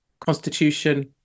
constitution